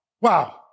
Wow